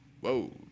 Whoa